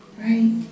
right